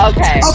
Okay